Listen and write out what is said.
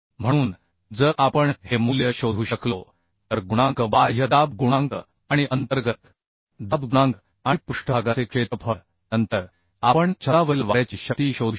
म्हणून जर आपण हे मूल्य शोधू शकलो तर गुणांक बाह्य दाब गुणांक आणि अंतर्गत दाब गुणांक आणि पृष्ठभागाचे क्षेत्रफळ नंतर आपण छतावरील वाऱ्याची शक्ती शोधू शकतो